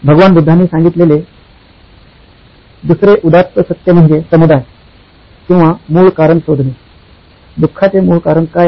भगवान बुद्धांनी सांगितलेले दुसरे उदात्त सत्य म्हणजे समुदाय किंवा मूळ कारण शोधणे दुःखाचे मूळ कारण काय आहे